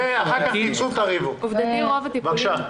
גל אוחובסקי, בבקשה.